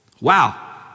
Wow